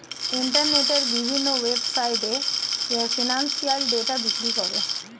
ইন্টারনেটের বিভিন্ন ওয়েবসাইটে এ ফিনান্সিয়াল ডেটা বিক্রি করে